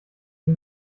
den